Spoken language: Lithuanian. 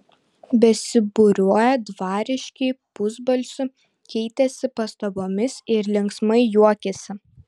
besibūriuoją dvariškiai pusbalsiu keitėsi pastabomis ir linksmai juokėsi